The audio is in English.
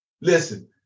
Listen